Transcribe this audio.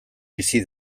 bizi